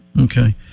Okay